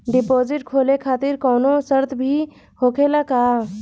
Deposit खोले खातिर कौनो शर्त भी होखेला का?